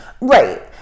right